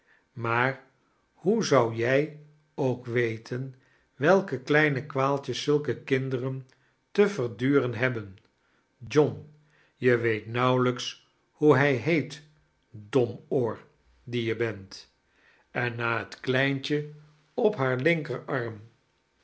maar hoe zou jij ook weten welke kledne kwaaltjes zulke kinderen te verduren hebben john je weet nauwelijks hoe hij heet domoor die je bent en na het kledntje op haar linker arm